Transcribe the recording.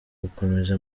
gukomeza